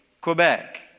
Quebec